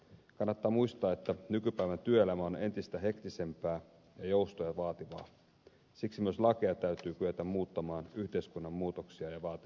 kannattaa muistaa että nykypäivän työelämä on entistä hektisempää ja joustoja vaativaa ja siksi myös lakeja täytyy kyetä muuttamaan yhteiskunnan muutoksia ja vaativuuksia vastaaviksi